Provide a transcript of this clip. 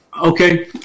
Okay